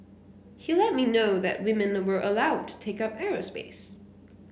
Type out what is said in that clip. he let me know that women were allowed to take up aerospace